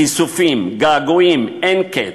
כיסופים, געגועים אין-קץ,